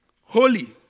holy